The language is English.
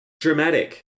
dramatic